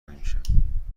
میشم